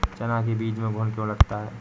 चना के बीज में घुन क्यो लगता है?